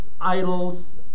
idols